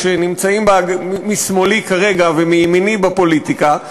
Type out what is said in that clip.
שנמצאים משמאלי כרגע ומימיני בפוליטיקה,